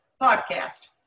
podcast